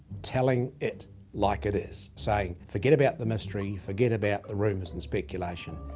telling it like it is. saying, forget about the mystery, forget about the rumours and speculation,